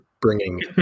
Bringing